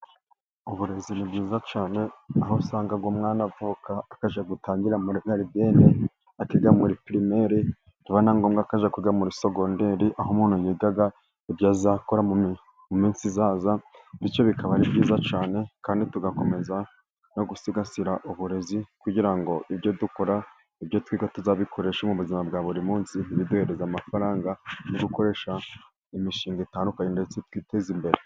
Uburezi ni bwiza cyane aho usanga umwana avuka akajya gutangira muri Garidiyeni agahita ajya muri Pirimeri biba na ngombwa akajya kwiga muri Segonderi. Aho umuntu yiga ibyo azakora mu minsi izaza bityo bikaba ari byiza cyane kandi tugakomeza no gusigasira uburezi kugira ngo ibyo dukora, ibyo twiga tuzabikoreshe mu buzima bwa buri munsi biduhereza amafaranga mu gukoresha imishinga itandukanye ndetse twiteze imbere.